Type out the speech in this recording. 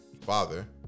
father